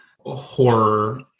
horror